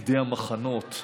מפקדי המחנות,